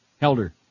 Helder